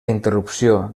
interrupció